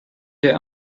der